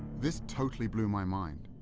this totally blew my mind.